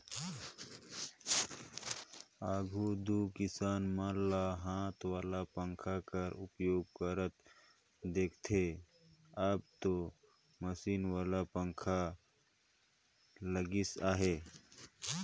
आघु दो किसान मन ल हाथ वाला पंखा कर उपयोग करत देखथे, अब दो मसीन वाला पखा आए लगिस अहे